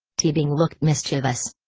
teabing looked mischievous.